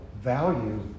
value